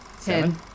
Ten